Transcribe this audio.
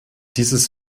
dieses